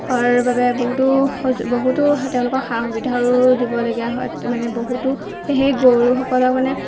অৰ বাবে বহুতো স বহুতো তেওঁলোকক সা সুবিধা আৰু দিবলগীয়া হয় মানে বহুতো সেই গৰুসকলক মানে